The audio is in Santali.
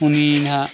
ᱩᱱᱤ ᱱᱟᱜ